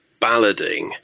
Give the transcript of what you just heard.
ballading